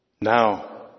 now